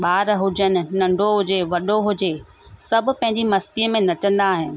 ॿार हुजनि नंढो हुजे वॾो हुजे सभु पंहिंजी मस्ती में नचंदा आहिनि